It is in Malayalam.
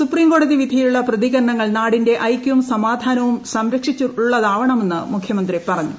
സുപ്രീം കോടതി വിധിയിലുള്ള പ്രതികരണങ്ങൾ നാടിന്റെ ഐക്യവും സമാധാനവും സംരക്ഷിച്ചുള്ളതാവണമെന്ന് മുഖ്യമന്ത്രി പറഞ്ഞു